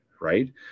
right